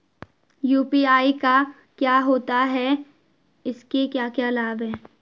UPI क्या होता है इसके क्या क्या लाभ हैं?